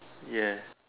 ya